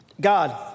God